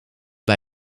bij